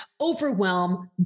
overwhelm